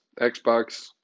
Xbox